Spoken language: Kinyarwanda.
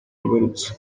imbarutso